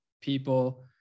people